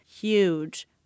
huge